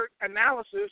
analysis